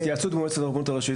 התייעצות מועצת הרבנות הראשית,